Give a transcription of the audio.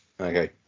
Okay